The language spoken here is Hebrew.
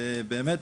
ובאמת,